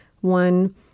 One